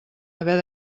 haver